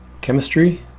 chemistry